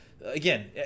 again